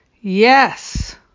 Yes